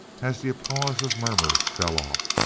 as the applause of murmurs fell off.